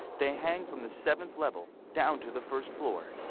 they hang from the seventh level down to the first floor.